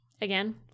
Again